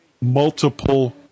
multiple